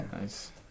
Nice